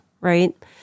right